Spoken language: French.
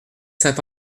saint